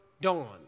dawn